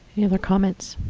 any other comments,